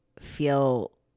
feel